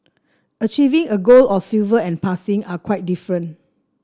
achieving a gold or silver and passing are quite different